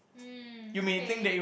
mm okay